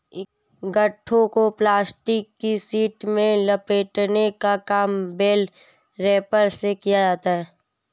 गट्ठरों को प्लास्टिक की शीट में लपेटने का काम बेल रैपर से किया जाता है